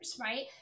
right